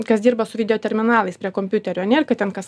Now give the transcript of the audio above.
kas dirba su videoterminalais prie kompiuterio ane ir kad ten kas